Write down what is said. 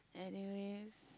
anyways